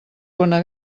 bona